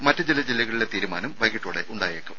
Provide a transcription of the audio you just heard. മറ്റ് ചില ജില്ലകളിലെ തീരുമാനം വൈകിട്ടോടെ ഉണ്ടായേക്കും